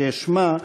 ושמה: